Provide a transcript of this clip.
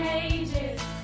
ages